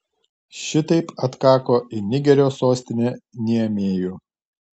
šitaip atkako į nigerio sostinę niamėjų